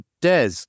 Des